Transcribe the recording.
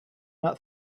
not